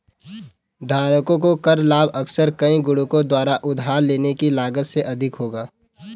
धारकों को कर लाभ अक्सर कई गुणकों द्वारा उधार लेने की लागत से अधिक होगा